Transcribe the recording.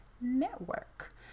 Network